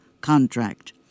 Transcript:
contract